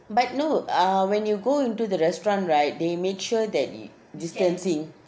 but no ah when you go into the restaurant right they made sure that distancing